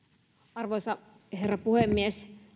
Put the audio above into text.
arvoisa herra puhemies